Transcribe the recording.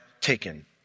taken